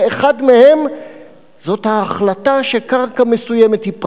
ואחד מהם זאת ההחלטה שקרקע מסוימת היא פרטית,